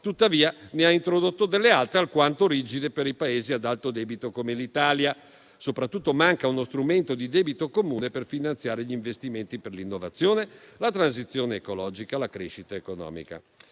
Tuttavia, ne ha introdotto delle altre alquanto rigide per i Paesi ad alto debito, come l'Italia. Soprattutto, manca uno strumento di debito comune per finanziare gli investimenti per l'innovazione, la transizione ecologica e la crescita economica.